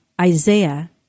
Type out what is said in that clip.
Isaiah